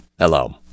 Hello